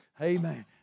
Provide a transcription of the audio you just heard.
amen